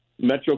Metro